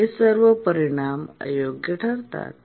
हे सर्व परिणाम अयोग्य ठरतात